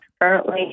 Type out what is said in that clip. currently